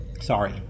sorry